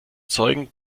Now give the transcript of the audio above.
zeugen